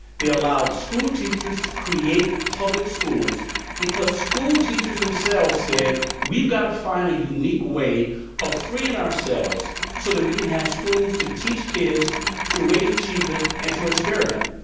they allowed school teachers to create public schools because school teachers themselves said, we've got to find a unique way of freeing ourselves so that we can have schools to teach kids to raise achievement and to experiment.